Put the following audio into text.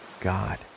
God